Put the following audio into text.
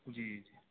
جی جی